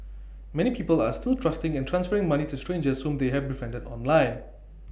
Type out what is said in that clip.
many people are still trusting and transferring money to strangers whom they have befriended online